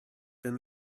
then